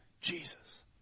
Jesus